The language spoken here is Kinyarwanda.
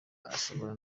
ashobora